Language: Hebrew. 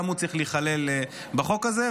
גם הוא צריך להיכלל בחוק הזה,